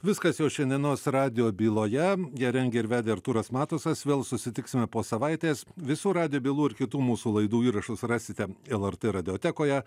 viskas jau šiandienos radijo byloje ją rengė ir vedė artūras matusas vėl susitiksime po savaitės visų radijo bylų ir kitų mūsų laidų įrašus rasite lrt radiotekoje